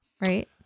right